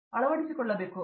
professor